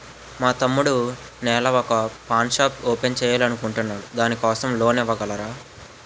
మా తమ్ముడు నెల వొక పాన్ షాప్ ఓపెన్ చేయాలి అనుకుంటునాడు దాని కోసం లోన్ ఇవగలరా?